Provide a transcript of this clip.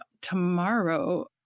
tomorrow